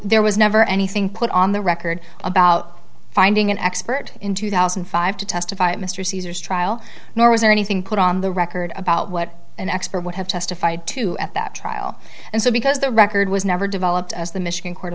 there was never anything put on the record about finding an expert in two thousand and five to testify mr caesar's trial nor was there anything put on the record about what an expert would have testified to at that trial and so because the record was never developed as the michigan